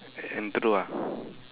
and throw ah